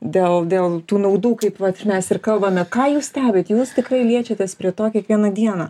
dėl dėl tų naudų kaip mes ir kalbame ką jūs stebit jūs tikrai liečiatės prie to kiekvieną dieną